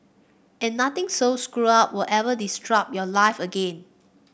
and nothing so screwed up will ever disrupt your life again